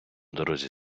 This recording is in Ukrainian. дорозі